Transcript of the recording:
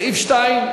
סעיף 2,